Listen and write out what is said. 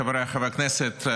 חבריי חברי הכנסת,